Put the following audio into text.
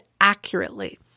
accurately